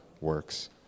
works